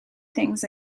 things